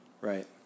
Right